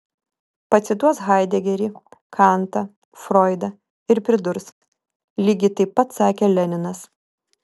pacituos haidegerį kantą froidą ir pridurs lygiai taip pat sakė leninas